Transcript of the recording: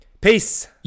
Peace